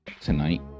tonight